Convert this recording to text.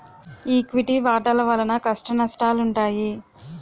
equity వాటాల వలన కష్టనష్టాలుంటాయి